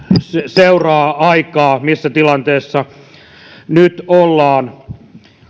seuraa aikaa missä tilanteessa nyt ollaan